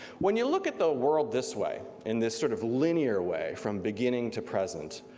when you look at the world this way, in this sort of linear way, from beginning to present,